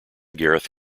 gareth